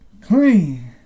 Clean